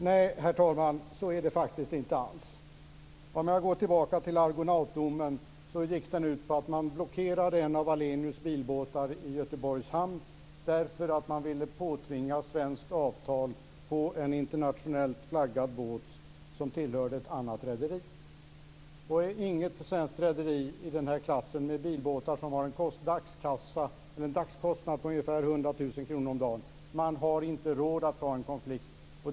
Herr talman! Nej, så är det faktiskt inte alls. Låt mig gå tillbaka till Argonautdomen. Den gick ut på att en av Wallenius bilbåtar i Göteborgs hamn blockerades därför att man ville påtvinga ett svenskt avtal på en internationellt flaggad båt som tillhör ett annat rederi. Det finns inget svenskt rederi i den klassen med bilbåtar som har en dagskostnad på ca 100 000 kr som har råd att ta en konflikt.